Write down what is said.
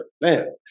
Man